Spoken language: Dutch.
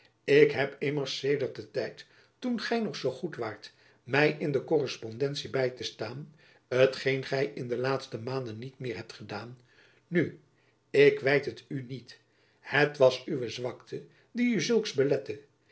ik heb immers sedert den tijd toen gy nog zoo goed waart my in de korrespondentie by te staan t geen gy in de laatste maanden niet meer hebt gedaan nu ik wijt het u niet het was uwe zwakte die u zulks